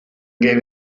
gave